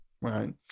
right